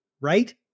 right